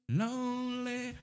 lonely